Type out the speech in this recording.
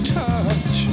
touch